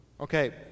Okay